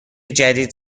جدید